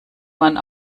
man